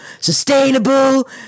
Sustainable